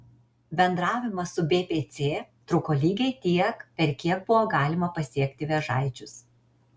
bendravimas su bpc truko lygiai tiek per kiek buvo galima pasiekti vėžaičius